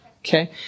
Okay